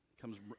comes